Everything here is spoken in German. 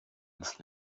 ins